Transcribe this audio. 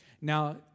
Now